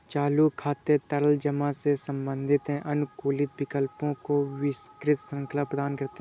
चालू खाते तरल जमा से संबंधित हैं, अनुकूलित विकल्पों की विस्तृत श्रृंखला प्रदान करते हैं